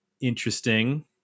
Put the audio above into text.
interesting